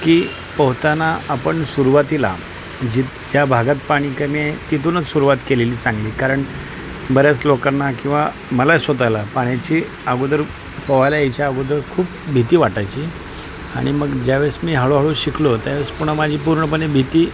की पोहताना आपण सुरुवातीला जि ज्या भागात पाणी कमी आहे तिथूनच सुरुवात केलेली चांगली कारण बऱ्याच लोकांना किंवा मला स्वतःला पाण्याची अगोदर पोहायला यायच्या अगोदर खूप भीती वाटायची आणि मग ज्यावेळेस मी हळूहळू शिकलो त्यावेळेस पुन्हा माझी पूर्णपणे भीती